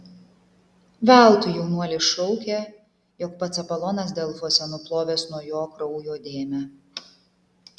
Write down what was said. veltui jaunuolis šaukė jog pats apolonas delfuose nuplovęs nuo jo kraujo dėmę